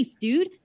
dude